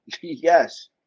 Yes